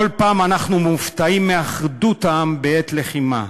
כל פעם אנחנו מופתעים מאחדות העם בעת לחימה,